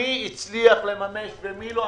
מי הצליח לממש ומי לא?